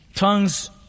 Tongues